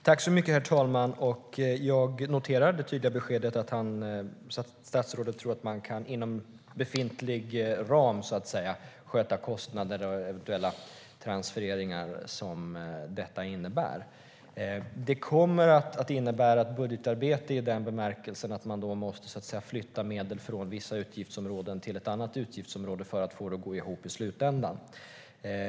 Herr talman! Jag noterar det tydliga beskedet att statsrådet tror att man inom befintlig ram kan sköta de kostnader och eventuella transfereringar som detta innebär. Det kommer att innebära ett budgetarbete i den bemärkelsen att man måste flytta medel från vissa utgiftsområden till ett annat utgiftsområde för att få det att gå ihop i slutändan.